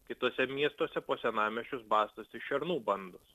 kituose miestuose po senamiesčius bastosi šernų bandos